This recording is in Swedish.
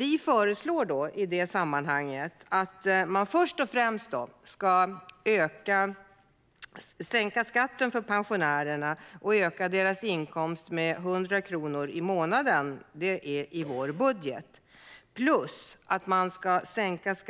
I det här sammanhanget föreslår vi först och främst att skatten ska sänkas för pensionärerna och deras inkomst ökas med 100 kronor i månaden. Det finns med i vår budget. Dessutom ska skatten sänkas